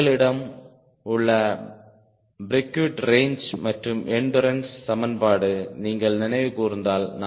எங்களிடம் உள்ள Breguet range மற்றும் எண்டுரன்ஸ் சமன்பாடு நீங்கள் நினைவு கூர்ந்தால்